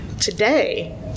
Today